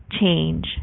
change